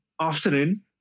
afternoon